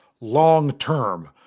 long-term